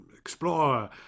explore